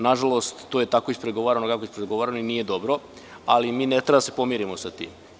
Nažalost, to je tako ispregovarano i nije dobro, ali mi ne treba da se pomirimo sa tim.